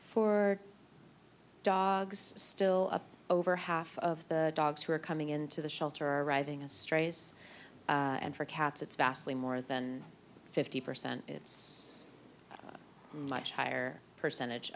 for dogs still over half of the dogs who are coming into the shelter arriving as strays and for cats it's vastly more than fifty percent it's a much higher percentage